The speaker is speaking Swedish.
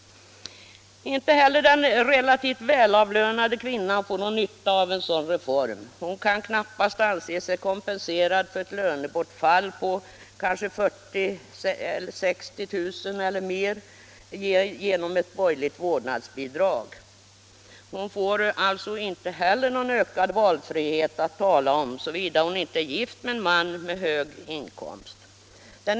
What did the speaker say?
Inte heller den relativt välavlönade kvinnan får någon nytta av en sådan reform. Hon kan knappast anse sig kompenserad för ett lönebortfall på 40 000-60 000 kr. eller mer genom ett borgerligt vårdnadsbidrag. Inte heller hon får någon ökad valfrihet att tala om, såvida hon inte är gift med en man med hög inkomst.